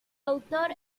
autor